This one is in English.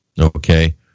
okay